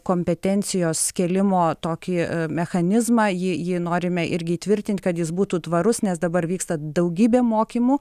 kompetencijos kėlimo tokį mechanizmą jį jį norime irgi įtvirtint kad jis būtų tvarus nes dabar vyksta daugybė mokymų